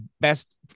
best